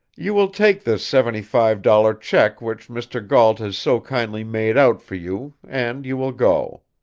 you will take this seventyfive dollar check which mr. gault has so kindly made out for you, and you will go.